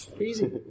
Easy